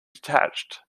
detached